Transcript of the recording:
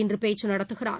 இன்றுபேச்சுநடத்துகிறார்